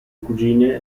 cugine